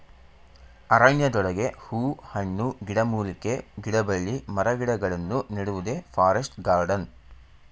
ಅರಣ್ಯದೊಳಗೆ ಹೂ ಹಣ್ಣು, ಗಿಡಮೂಲಿಕೆ, ಗಿಡಬಳ್ಳಿ ಮರಗಿಡಗಳನ್ನು ನೆಡುವುದೇ ಫಾರೆಸ್ಟ್ ಗಾರ್ಡನ್